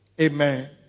Amen